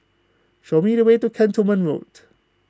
show me the way to Cantonment Road